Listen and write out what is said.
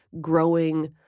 growing